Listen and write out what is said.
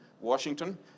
Washington